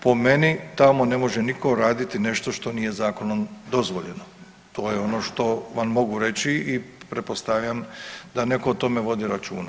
Po meni temo ne može niko raditi nešto što nije zakonom dozvoljeno, to je ono što vam mogu reći i pretpostavljam da netko o tome vodi računa.